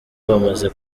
bamaze